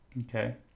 Okay